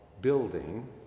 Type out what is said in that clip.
building